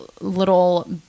little